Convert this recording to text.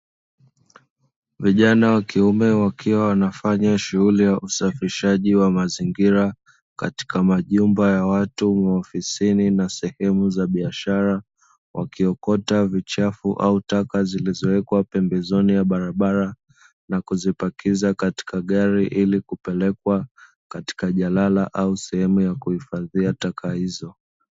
Vijana wa kiume wakiwa wanafanya shughuli ya usafishaji wa mazingira katika majumba ya watu, maofisini na sehemu za biashara. Wakiokota vichafu au taka zilizowekwa pembezoni ya barabara na kuzipakia katika gari ili kupelekwa katika jalala au sehemu ya kuhifadhia taka hizo.